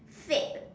fad